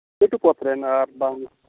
ᱞᱟᱹᱴᱩ ᱯᱚᱫᱨᱮᱱ